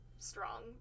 strong